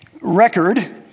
record